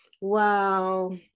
wow